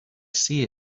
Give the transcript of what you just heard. see